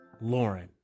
Lauren